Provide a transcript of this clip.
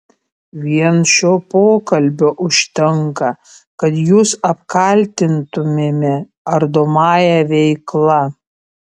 vien šio pokalbio užtenka kad jus apkaltintumėme ardomąja veikla